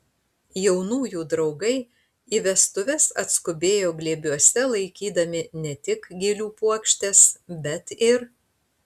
jaunųjų draugai į vestuves atskubėjo glėbiuose laikydami ne tik gėlių puokštes bet ir